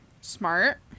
Smart